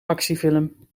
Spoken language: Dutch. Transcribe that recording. actiefilm